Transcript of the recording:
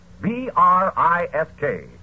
B-R-I-S-K